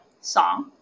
song